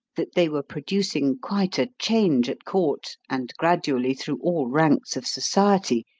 that they were producing quite a change at court, and gradually through all ranks of society,